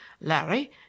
Larry